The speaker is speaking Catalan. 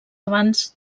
abans